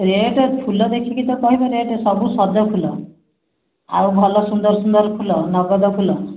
rate ଫୁଲ ଦେଖିକି ତ କହିବ ରେଟ ସବୁ ସଜ ଫୁଲ ଆଉ ଭଲ ସୁନ୍ଦର ସୁନ୍ଦର ଫୁଲ ନଗଦ ଫୁଲ